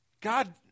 God